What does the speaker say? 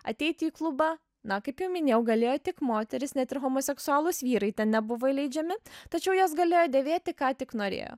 ateiti į klubą na kaip jau minėjau galėjo tik moterys net ir homoseksualūs vyrai ten nebuvo įleidžiami tačiau jos galėjo dėvėti ką tik norėjo